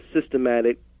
systematic